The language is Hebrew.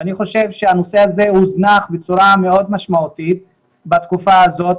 אני חושב שהנושא הזה הוזנח בצורה מאוד משמעותית בתקופה הזאת.